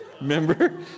Remember